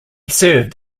served